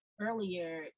earlier